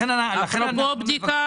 אפרופו בדיקה,